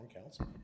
Council